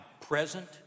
present